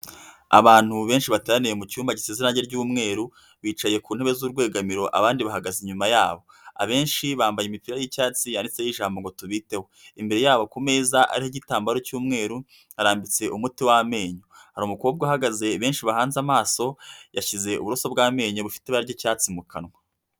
Abantu benshi bateraniye mu cyumba giseze irange ry'umweru bicaye ku ntebe z'urwegamiro abandi bahagaze inyuma yabo, abenshi bambaye imipira y'icyatsi yanditseho ijambo ngo tubiteho, imbere yabo ku meza ariho igitambaro cy'umweru harambitse umuti w'amenyo, hari umukobwa uhagaze benshi bahanze amaso yashyize uburoso bw'amenyo bufite ibara ry'icyatsi mu kanwa.